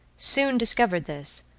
soon discovered this,